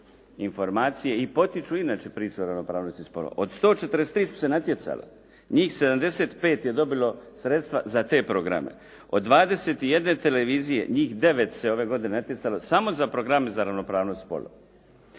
i potiču inače priče o ravnopravnosti spolova. Od 143 su se natjecala. Njih 75 je dobilo sredstva za te programe. Od 21 televizije, njih 9 se ove godine natjecalo samo za programe za ravnopravnost spolova.